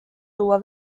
tuua